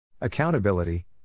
Accountability